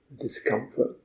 discomfort